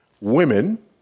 women